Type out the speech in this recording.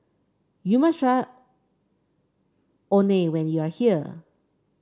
you must try when you are here